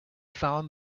found